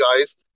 guys